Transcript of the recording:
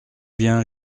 bien